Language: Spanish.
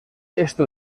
esto